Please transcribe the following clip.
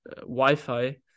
wi-fi